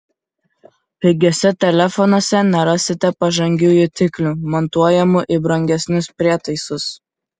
pigiuose telefonuose nerasite pažangių jutiklių montuojamų į brangesnius prietaisus